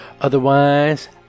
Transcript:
otherwise